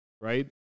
right